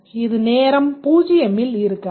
இது நேரம் 0ல் இருக்காது